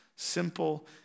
Simple